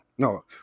No